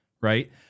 right